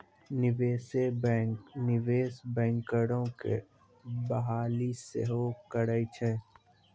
निवेशे बैंक, निवेश बैंकरो के बहाली सेहो करै छै